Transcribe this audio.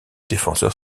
défenseur